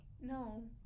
No